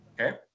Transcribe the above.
Okay